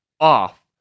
off